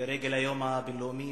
לרגל היום הבין-לאומי